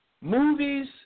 Movies